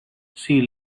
see